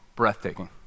breathtaking